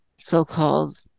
so-called